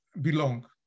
belong